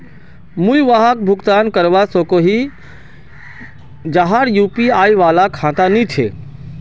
मुई वहाक भुगतान करवा सकोहो ही जहार यु.पी.आई वाला खाता नी छे?